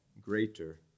greater